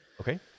Okay